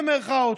במירכאות,